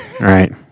right